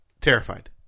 terrified